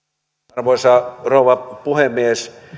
arvoisa rouva puhemies